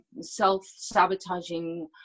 self-sabotaging